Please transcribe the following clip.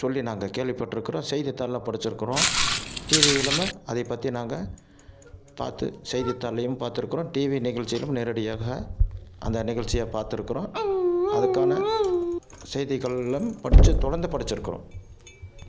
சொல்லி நாங்கள் கேள்விப்பட்டிருக்குறோம் செய்தித்தாளில் படிச்சுருக்குறோம் டிவியுலமும் அதை பற்றி நாங்கள் பார்த்து செய்தித்தாள்லேயும் பார்த்துருக்குறோம் டிவி நிகழ்ச்சிளையும் நேரடியாக அந்த நிகழ்ச்சியை பார்த்துருக்குறோம் அதுக்கான செய்திகளிலும் படித்து தொடர்ந்து படிச்சுருக்குறோம்